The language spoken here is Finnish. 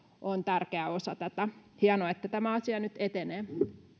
on tärkeä osa tätä hienoa että tämä asia nyt etenee